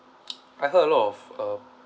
I heard a lot of uh